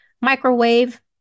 microwave